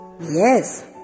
Yes